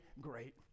great